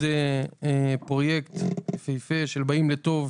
בנוסף, יש פרויקט יפיפה בשם ׳באים לטוב׳.